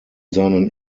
seinen